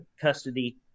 custody